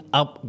up